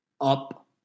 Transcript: up